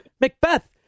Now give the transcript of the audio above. Macbeth